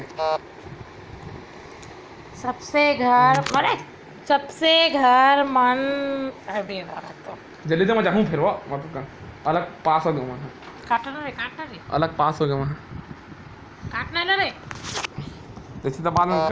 सबे घर मन म बाड़ी बखरी कोती कोठा बने रहिथे, काबर के गाँव कोती तो पहिली सबे के घर म कोठा राहय ना